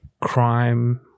crime